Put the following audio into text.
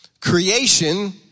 Creation